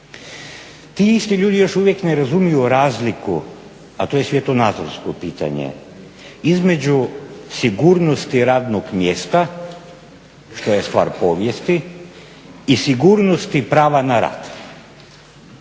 Ti isti ljudi još uvijek ne razumiju razliku a to je svjetonazorsko pitanje između sigurnosti radnog mjesta, što je stvar povijesti, i sigurnosti prava na rad.